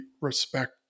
respect